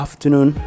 Afternoon